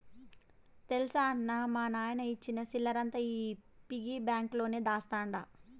తెల్సా అన్నా, మా నాయన ఇచ్చిన సిల్లరంతా ఈ పిగ్గి బాంక్ లోనే దాస్తండ